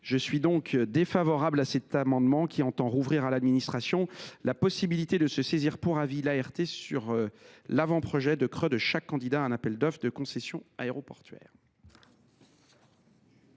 Je suis donc défavorable à cet amendement qui vise à rouvrir à l’administration la possibilité de saisir pour avis l’ART sur l’avant projet de CRE de chaque candidat à un appel d’offres de concession aéroportuaire.